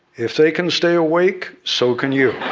if they can stay awake, so can you.